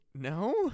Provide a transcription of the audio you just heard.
No